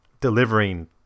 delivering